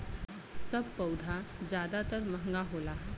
सब पउधा जादातर महंगा होला